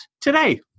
today